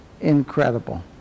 incredible